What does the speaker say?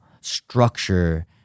structure